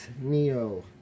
NEO